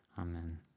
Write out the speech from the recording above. Amen